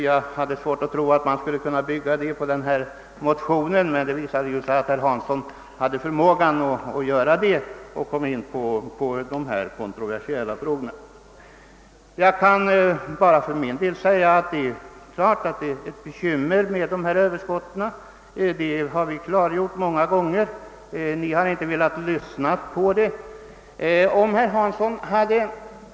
Jag hade svårt att tro att man kunde bygga upp en diskussion på denna motion, men det visade sig ju att herr Hansson hade förmågan att göra det och kunde komma in på kontroversiella frågor. Jag kan för min del bara säga att det är klart att det är bekymmersamt med dessa överskott. Det har vi klargjort många gånger, men ni har inte velat lyssna på vad vi har sagt i detta avseende.